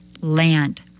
land